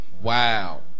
Wow